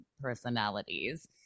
personalities